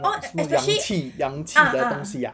ah so 氧气氧气的东西啊